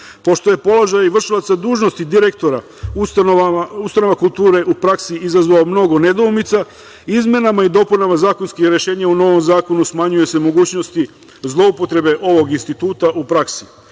je položaj vršilaca dužnosti direktora u ustanovama kulture u praksi izazvao mnogo nedoumica, izmenama i dopunama zakonskih rešenja u novom zakonu smanjuju se mogućnosti zloupotrebe ovog instituta u praksi. Takođe,